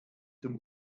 zum